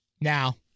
Now